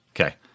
Okay